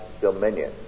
dominion